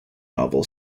novel